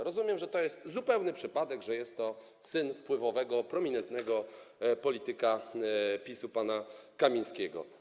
Rozumiem, że to jest zupełny przypadek, że jest to syn wpływowego, prominentnego polityka PiS-u pana Kamińskiego.